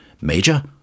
Major